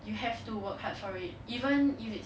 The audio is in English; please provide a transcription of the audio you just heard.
you have to work hard for it even if it's